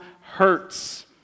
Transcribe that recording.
hurts